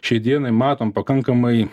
šiai dienai matom pakankamai